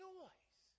noise